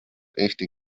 eesti